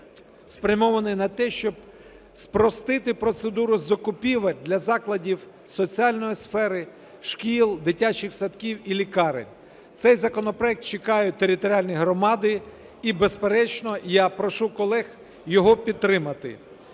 спрямований на те, щоб спростити процедуру закупівель для закладів соціальної сфери, шкіл, дитячих садків і лікарень. Цей законопроект чекають територіальні громади, і, безперечно, я прошу колег його підтримати.